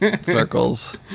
circles